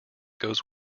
goes